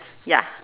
ya